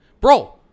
Bro